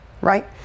Right